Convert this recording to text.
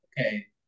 Okay